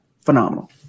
phenomenal